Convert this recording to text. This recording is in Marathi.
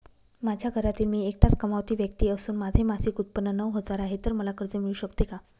माझ्या घरातील मी एकटाच कमावती व्यक्ती असून माझे मासिक उत्त्पन्न नऊ हजार आहे, तर मला कर्ज मिळू शकते का?